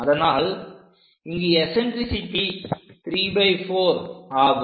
அதனால் இங்கு எசன்ட்ரிசிட்டி 34 ஆகும்